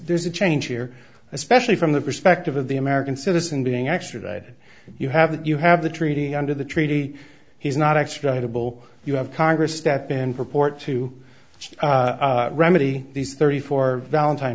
there's a change here especially from the perspective of the american citizen being extradited you have that you have the treaty under the treaty he's not extraditable you have congress step in purport to remedy these thirty four valentine